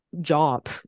job